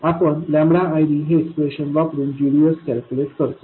आपण ID हे expression वापरुन gds कॅल्क्युलेट करतो